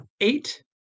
eight